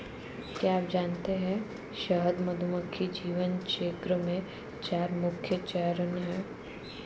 क्या आप जानते है शहद मधुमक्खी जीवन चक्र में चार मुख्य चरण है?